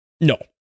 No